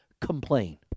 Complain